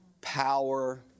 power